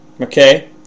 okay